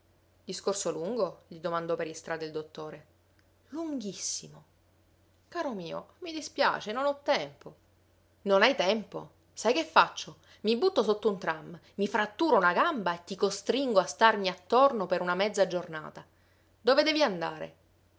discorso lungo gli domandò per istrada il dottore lunghissimo caro mio mi dispiace non ho tempo non hai tempo sai che faccio i butto sotto un tram mi fratturo una gamba e ti costringo a starmi attorno per una mezza giornata dove devi andare